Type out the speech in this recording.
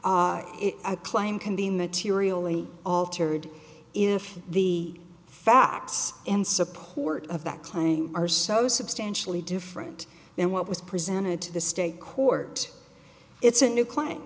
a claim can be materially altered if the facts in support of that claim are so substantially different than what was presented to the state court it's a new client